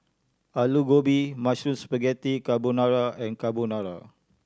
Alu Gobi Mushroom Spaghetti Carbonara and Carbonara